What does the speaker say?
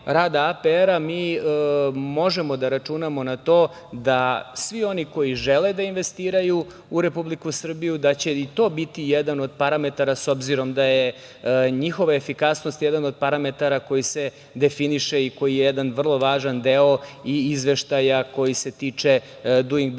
mi možemo da računamo na to da svi oni koji žele da investiraju u Republiku Srbiju da će i to biti jedan od parametara s obzirom da je njihova efikasnost jedan od parametara koji se definiše i koji je jedan vrlo važan deo i izveštaja koji se tiče duing biznis